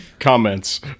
Comments